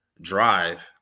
drive